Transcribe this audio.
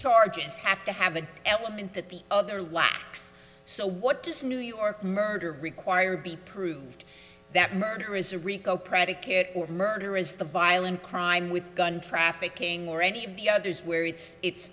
charges have to have an element that the other lacks so what does new york murder require be proved that murder is a rico predicate murder is the violent crime with gun trafficking or any of the others where it's it's